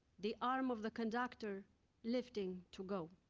the arm of the conductor lifting to go!